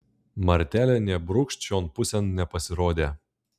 martelė nė brūkšt šion pusėn nepasirodė